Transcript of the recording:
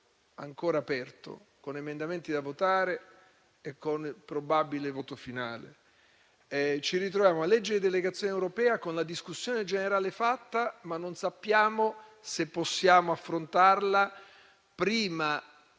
ancora aperto, con emendamenti da votare e con probabile voto finale. Ci ritroviamo la legge di delegazione europea con la discussione generale fatta, ma non sappiamo se possiamo affrontarla prima